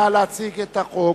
נא להציג את החוק.